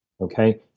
okay